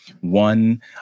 one